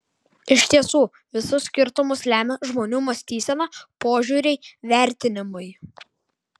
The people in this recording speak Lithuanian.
iš tiesų visus skirtumus lemia žmonių mąstysena požiūriai vertinimai